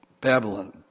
Babylon